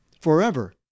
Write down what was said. forever